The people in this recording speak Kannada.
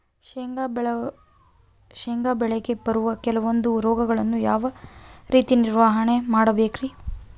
ಶೇಂಗಾ ಬೆಳೆಗೆ ಬರುವ ಕೆಲವೊಂದು ರೋಗಗಳನ್ನು ಯಾವ ರೇತಿ ನಿರ್ವಹಣೆ ಮಾಡಬೇಕ್ರಿ?